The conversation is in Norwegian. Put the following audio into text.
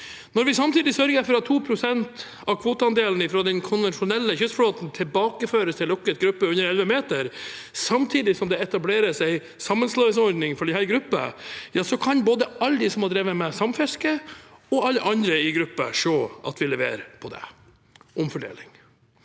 Når vi dessuten sørger for at 2 pst. av kvoteandelen fra den konvensjonelle kystflåten tilbakeføres til lukket gruppe under 11 meter, samtidig som det etableres en sammenslåingsordning for denne gruppen, kan både alle de som har drevet med samfiske, og alle andre i gruppen se at vi leverer på det – omfordeling.